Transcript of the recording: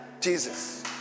Jesus